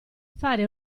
fare